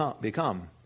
become